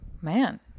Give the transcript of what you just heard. man